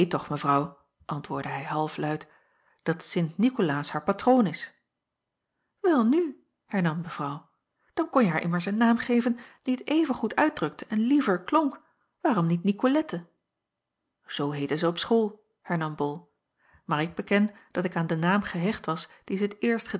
mevrouw antwoordde hij halfluid dat sint nikolaas haar patroon is welnu hernam mevrouw dan konje haar immers een naam geven die t even goed uitdrukte en liever klonk waarom niet nicolette zoo heette zij op school hernam bol maar ik beken dat ik aan den naam gehecht was dien zij t eerst